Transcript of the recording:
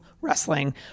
wrestling